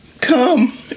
come